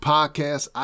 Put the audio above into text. Podcast